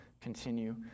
continue